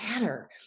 matter